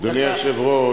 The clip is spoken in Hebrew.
אדוני היושב-ראש,